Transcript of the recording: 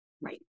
right